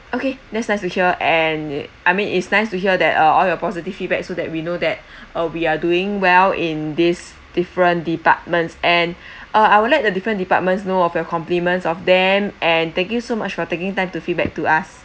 okay that's nice to hear and I mean it's nice to hear that uh all your positive feedback so that we know that uh we are doing well in these different departments and uh I would like the different departments know of your compliments of them and thank you so much for taking time to feedback to us